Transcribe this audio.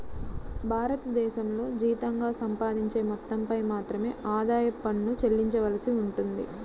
భారతదేశంలో జీతంగా సంపాదించే మొత్తంపై మాత్రమే ఆదాయ పన్ను చెల్లించవలసి ఉంటుంది